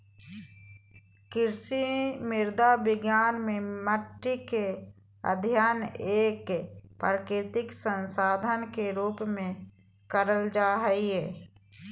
कृषि मृदा विज्ञान मे मट्टी के अध्ययन एक प्राकृतिक संसाधन के रुप में करल जा हई